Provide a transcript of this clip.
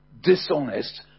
dishonest